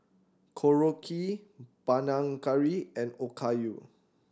Korokke Panang Curry and Okayu